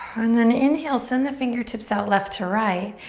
and then inhale, send the fingertips out left to right.